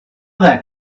that